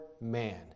man